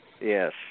Yes